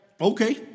Okay